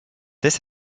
this